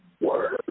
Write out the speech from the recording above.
Word